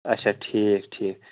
اچھا ٹھیٖک ٹھیٖک